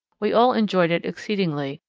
we all enjoyed it exceedingly,